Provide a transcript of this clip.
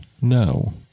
No